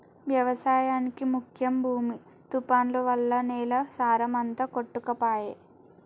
వ్యవసాయానికి ముఖ్యం భూమి తుఫాన్లు వల్ల నేల సారం అంత కొట్టుకపాయె